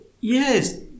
yes